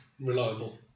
reliable